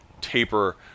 taper